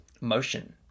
motion